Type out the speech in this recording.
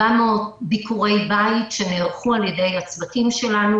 400 ביקורי בית נערכו על ידי הצוותים שלנו